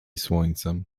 słońcem